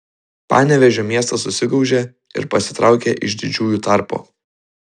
panevėžio miestas susigaužė ir pasitraukė iš didžiųjų tarpo